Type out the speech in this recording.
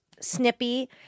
snippy